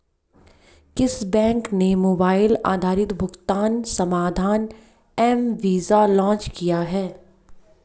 किस बैंक ने मोबाइल आधारित भुगतान समाधान एम वीज़ा लॉन्च किया है?